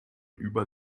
über